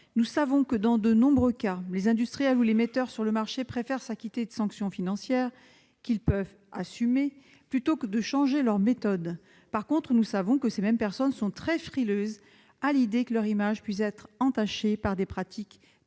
Nous savons que dans de nombreux cas les industriels ou les metteurs sur le marché préfèrent s'acquitter de sanctions financières, qu'ils peuvent assumer, plutôt que de changer leur méthode. En revanche, nous savons que ces mêmes personnes sont très frileuses à l'idée que leur image puisse être entachée par des pratiques peu vertueuses.